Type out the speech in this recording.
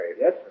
Yes